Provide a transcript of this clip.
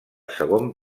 segon